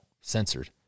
censored